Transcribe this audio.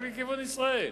רק לכיוון ישראל,